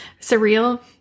surreal